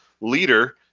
leader